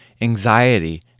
anxiety